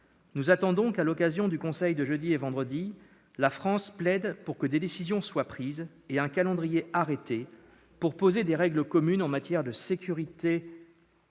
Nous attendons qu'à l'occasion du prochain Conseil européen la France plaide pour que des décisions soient prises et qu'un calendrier soit arrêté pour poser des règles communes en matière de sécurité